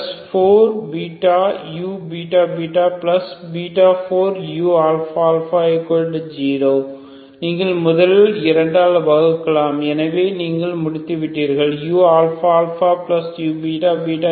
2u4βuβββ4uαα0 நீங்கள் முதலில் 2 ஆல் வகுக்கலாம் எனவே நீங்கள் முடித்துவிட்டீர்கள் uααuββ u2